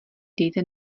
dejte